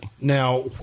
now